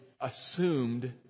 assumed